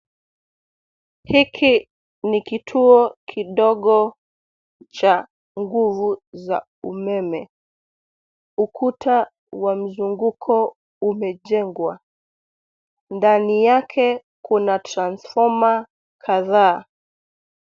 Hiki ni kituo kidogo cha nguvu za umeme. Ukuta wa mzunguko imejengwa. Ndani yake kuna transfoma kadhaa.